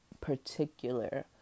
particular